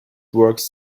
works